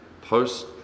post